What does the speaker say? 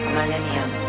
Millennium